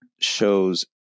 shows